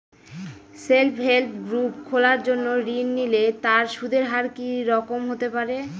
Self help group খোলার জন্য ঋণ নিলে তার সুদের হার কি রকম হতে পারে?